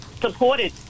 supported